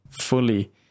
fully